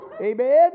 Amen